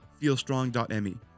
feelstrong.me